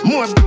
More